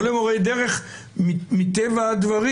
לא למורי דרך מטבע הדברים.